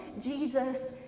Jesus